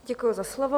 Děkuji za slovo.